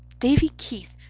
davy keith,